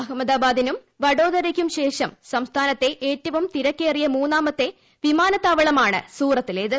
അഹമ്മദാബാഭിനും വഡോദരയ്ക്കും ശേഷം സംസ്ഥാനത്തെ ഏറ്റവും തിരുക്കേറിയ് മൂന്നാമത്തെ വിമാനത്താവളമാണ് സൂറത്തിന്റേത്